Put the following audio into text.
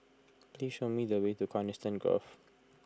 please show me the way to Coniston Grove